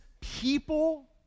people